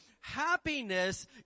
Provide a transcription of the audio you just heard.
happiness